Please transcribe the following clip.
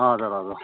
हजुर हजुर